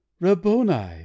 Rabboni